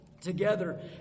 together